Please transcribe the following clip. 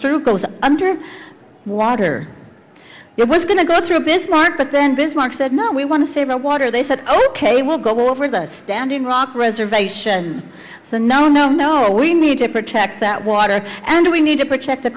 through goes under water he was going to go through bismarck but then bismarck said no we want to save our water they said ok we'll go over this standing rock reservation so no no no we need to protect that water and we need to protect the